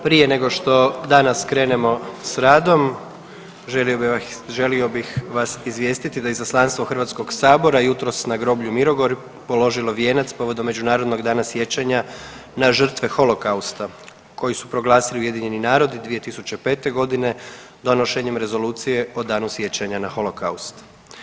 Prije nego što danas krenemo s radom, želio bih vas izvijestiti da Izaslanstvo HS-a jutros na groblju Mirogoj položilo vijenac povodom Međunarodnog dana sjećanja na žrtve holokausta koji su proglasili UN 2005. g. donošenjem Rezolucije o danu sjećanja ja holokaust.